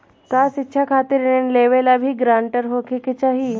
का शिक्षा खातिर ऋण लेवेला भी ग्रानटर होखे के चाही?